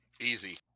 easy